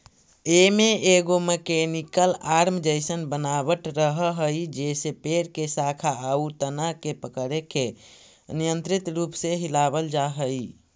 एमे एगो mechanical arm जइसन बनावट रहऽ हई जेसे पेड़ के शाखा आउ तना के पकड़के नियन्त्रित रूप से हिलावल जा हई